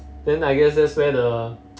then I guess that's where the